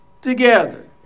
together